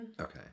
Okay